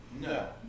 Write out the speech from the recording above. No